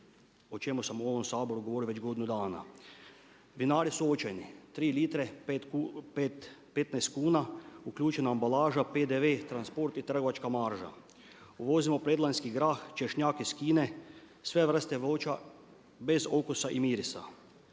o čemu sam u ovom Saboru govorio već godinu dana. Vinari su očajni, 3 litre 15 kuna, uključena ambalaža, PDV, transport i trgovačka marža. Uvozimo predlanjski grah, češnjak iz Kine, sve vrste voća bez okusa i mirisa.